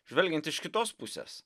žvelgiant iš kitos pusės